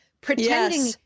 pretending